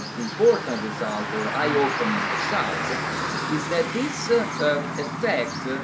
um important result or eye opening result, is that this ah effect